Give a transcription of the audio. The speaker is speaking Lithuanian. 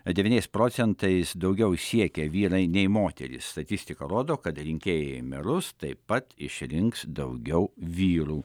devyniais procentais daugiau siekia vyrai nei moterys statistika rodo kad rinkėjai į merus taip pat išrinks daugiau vyrų